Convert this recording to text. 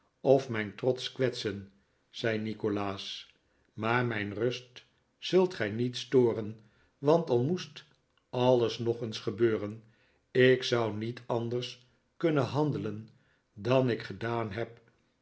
pf mijn trots kwetsen zei nikolaas maar mijn rust zult gij niet storen want al moest alles nog eens gebeuren ik zou niet anders kunnen handelen dan ik gedaan heb